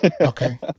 Okay